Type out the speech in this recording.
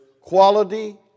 quality